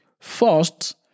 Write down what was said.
First